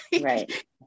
Right